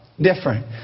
different